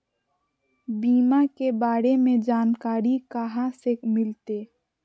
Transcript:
बीमा के बारे में जानकारी कहा से मिलते?